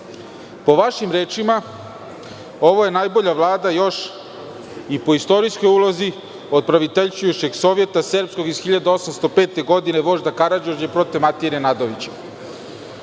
vašim rečima, ovo je najbolja Vlada, po istorijskoj ulozi, od Praviteljstvujuščeg sovjeta serbskog iz 1805. godine vožda Karađorđa i prote Matije Nenadovića.